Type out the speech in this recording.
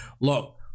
look